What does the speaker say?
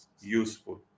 useful